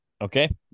Okay